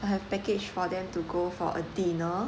I have package for them to go for a dinner